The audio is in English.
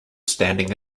standing